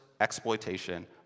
exploitation